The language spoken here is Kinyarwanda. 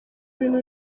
bintu